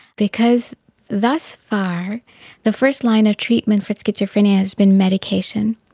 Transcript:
because thus far the first line of treatment for schizophrenia has been medication,